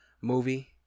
movie